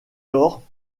lors